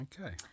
Okay